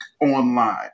online